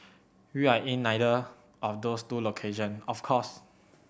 we are in neither of those two location of course